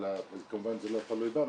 לממשלה כמובן זה לא תלוי בנו,